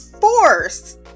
Force